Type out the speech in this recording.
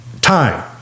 time